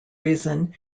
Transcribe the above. reason